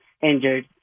injured